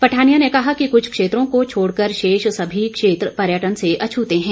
पठानिया ने कहा कूछ क्षेत्रों को छोड कर शेष सभी क्षेत्र पर्यटन से अछूते है